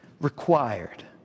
required